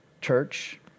church